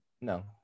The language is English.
no